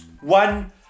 One